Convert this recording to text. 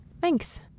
Thanks